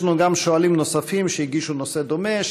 יש לנו שואלים נוספים שהגישו נושא דומה,